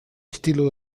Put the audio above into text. estilo